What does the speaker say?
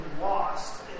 lost